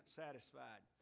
satisfied